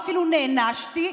ואפילו נענשתי.